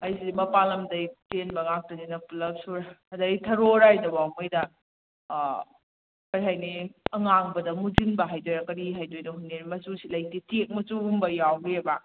ꯑꯩꯁꯦ ꯃꯄꯥꯟ ꯂꯝꯗꯒꯤ ꯆꯦꯟꯕ ꯉꯥꯛꯇꯅꯤꯅ ꯄꯨꯂꯞ ꯁꯨꯔꯦ ꯑꯗꯩ ꯊꯔꯣ ꯂꯩꯗꯨꯐꯧ ꯃꯣꯏꯗ ꯀꯩ ꯍꯥꯏꯅꯤ ꯑꯉꯥꯡꯕꯗ ꯃꯨꯁꯤꯟꯕ ꯍꯥꯏꯗꯣꯏꯔꯥ ꯀꯔꯤ ꯍꯥꯏꯗꯣꯏꯅꯣ ꯈꯪꯗꯦ ꯃꯆꯨ ꯁꯤ ꯂꯩꯇꯦ ꯇꯦꯛ ꯃꯆꯨꯒꯨꯝꯕ ꯌꯥꯎꯋꯦꯕ